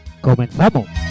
Comenzamos